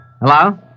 Hello